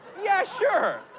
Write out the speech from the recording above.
yeah, sure.